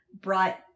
brought